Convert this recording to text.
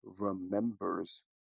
remembers